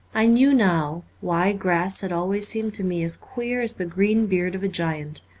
i knew now why grass had always seemed to me as queer as the green beard of a giant,